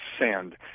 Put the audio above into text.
sand